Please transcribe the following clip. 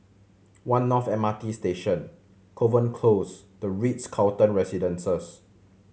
One North M R T Station Kovan Close The Ritz Carlton Residences